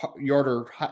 yarder